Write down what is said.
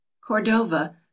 Cordova